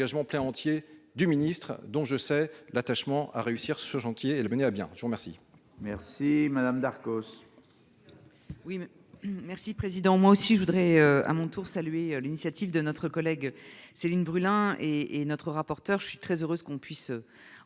plein entier du ministre dont je sais l'attachement à réussir ce chantier et le mener à bien, je vous remercie. Merci madame Darcos. Oui merci président. Moi aussi je voudrais à mon tour saluer l'initiative de notre collègue Céline Brulin, et et notre rapporteur, je suis très heureuse qu'on puisse en